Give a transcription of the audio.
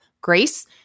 grace